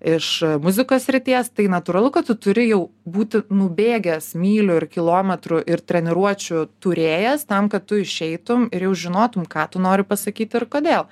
iš muzikos srities tai natūralu kad tu turi jau būti nubėgęs mylių ir kilometrų ir treniruočių turėjęs tam kad tu išeitum ir jau žinotum ką tu nori pasakyti ir kodėl